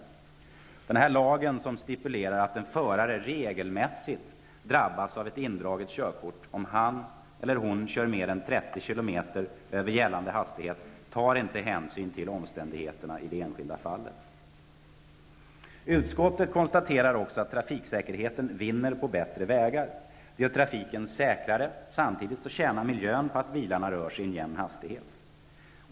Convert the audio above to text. I denna lag stipuleras att en förare regelmässigt drabbas av indraget körkort om han eller hon kör mer än 30 km/tim över gällande hastighetsgräns, och det tas inte hänsyn till omständigheterna i det enskilda fallet. Utskottet konstaterar också att trafiksäkerheten vinner på bättre vägar. Det gör trafiken säkrare. Samtidigt tjänar miljön på att bilarna rör sig i en jämn hastighet.